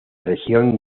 región